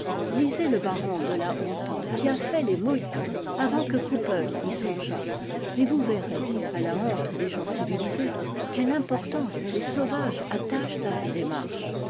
lisez le baron de la hontan qui a fait les mohicans avant que cooper y songeât et vous verrez à la honte des gens civilisés quelle importance les sauvages attachent à la démarche